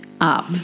up